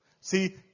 See